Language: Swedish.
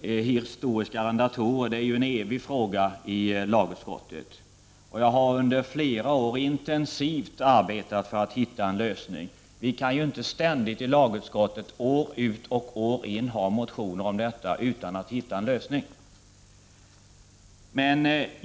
historiska arrendatorer är en evig fråga för lagutskottet. Under flera år har jag intensivt arbetat för att försöka hitta en lösning. Vi kan inte ständigt i lagutskottet, år ut och år in, behandla motioner om detta utan att finna någon lösning.